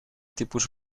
tipus